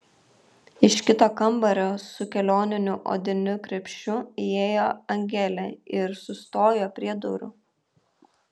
iš kito kambario su kelioniniu odiniu krepšiu įėjo angelė ir sustojo prie durų